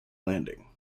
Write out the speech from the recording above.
landing